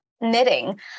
knitting